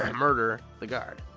and murder the guard.